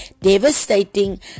devastating